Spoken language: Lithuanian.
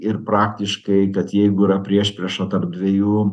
ir praktiškai kad jeigu yra priešprieša tarp dviejų